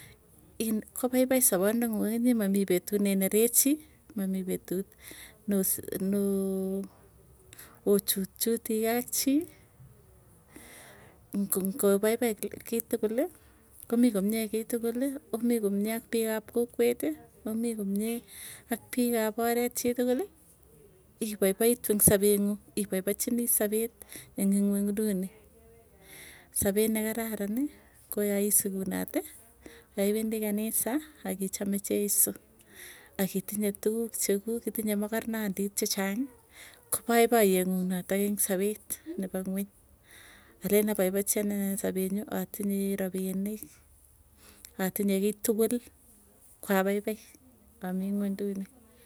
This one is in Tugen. Iin kopaipai sapanda nguung akinye mamii petut neinerechi, mamii petut noo chutchuti kei ak chii, ngopaipai kiitukuli komii komie kiituguli, omii komie ak piik ap kokweti, omii komie ak piik ap oret chituguli, ipaipaitu eng sapee nguung ipaipachinii sapet ing ingwengduni. Sapet nekararani, ko yai sikunoti yaiwendii kanisa akichame cheiso. Akitinye tuguk chekuk itinye makornondit chechangii kopaipaye nguung noto eng sapet nepa ngueny, alen apaipachi anee sapee nyuu atinye rapinik, atinye kiiy tukul koapaipai amii ngwenduny.